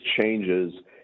changes